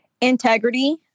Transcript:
Integrity